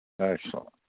Excellent